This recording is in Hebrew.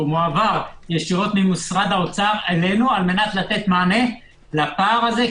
הוא מועבר ישירות ממשרד האוצר אלינו כדי לתת מענה לפער הזה,